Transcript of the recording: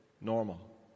normal